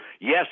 Yes